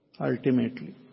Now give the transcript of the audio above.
Ultimately